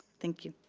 thank you.